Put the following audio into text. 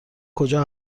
کجا